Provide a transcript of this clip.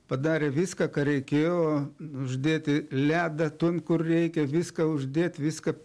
padarė viską ką reikėjo uždėti ledą tun kur reikia viską uždėt viską